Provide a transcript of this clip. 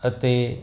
ਅਤੇ